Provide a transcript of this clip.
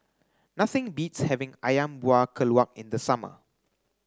nothing beats having Ayam Buah Keluak in the summer